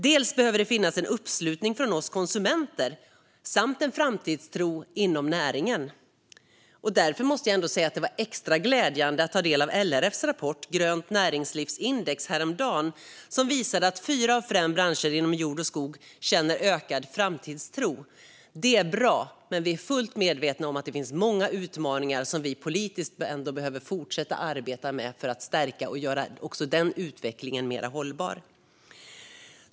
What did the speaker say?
Dels behöver det finnas en uppslutning från oss konsumenter och en framtidstro inom näringen. Därför var det extra glädjande att ta del av LRF:s rapport Grönt näringslivsindex häromdagen som visar att fyra av fem branscher inom jord och skog känner ökad framtidstro. Det är bra, men vi är fullt medvetna om att det finns många utmaningar som vi behöver arbeta med politiskt för att både stärka och göra utvecklingen mer hållbar.